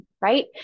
right